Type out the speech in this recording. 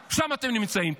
אשפה, שם אתם נמצאים.